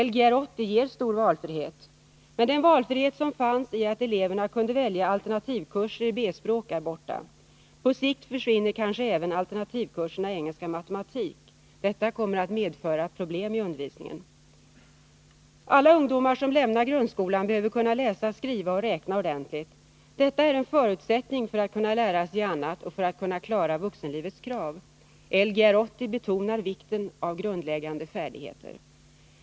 Lgr 80 ger stor valfrihet, men den valfrihet som låg i att eleverna kunde välja alternativkurser i B-språk är borta. På sikt försvinner kanske även alternativkurserna i engelska och matematik. Detta kommer att medföra problem i undervisningen. Alla ungdomar som lämnar grundskolan behöver kunna läsa, skriva och räkna ordentligt. Detta är en förutsättning för att kunna lära sig annat och för att kunna klara vuxenlivets krav. Lgr 80 betonar vikten av grundläggande färdigheter.